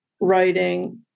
writing